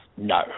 No